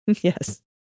Yes